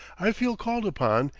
i feel called upon,